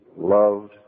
loved